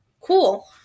Cool